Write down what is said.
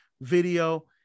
video